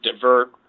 divert